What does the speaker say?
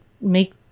make